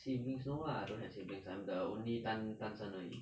siblings no lah don't have siblings I'm the only 单单身而已